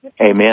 Amen